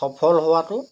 সফল হোৱাতো